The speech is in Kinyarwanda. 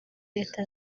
leta